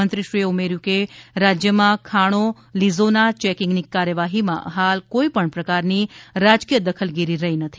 મંત્રીશ્રીએ ઉમેર્યું કે રાજ્યમાં ખાણોલીઝોના ચેકિંગની કાર્યવાહીમાં હાલ કોઈ પણ પ્રકારની રાજકીય દખલગીરી રહી નથી